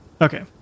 Okay